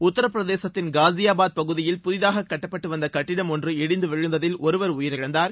உத்தரப்பிரசேதத்தின் காஸியாபாத் பகுதியில் புதிதாக கட்டப்பட்டுவந்த கட்டிடம் இடிந்துவிழுந்ததில் ஒருவர் உயிரிழந்தார்